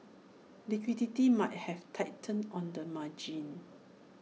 liquidity might have tightened on the margin